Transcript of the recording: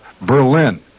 Berlin